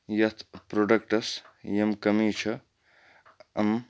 یَتھ پرٛوڈَکٹَس یِم کٔمی چھِ أمۍ